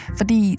Fordi